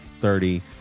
thirty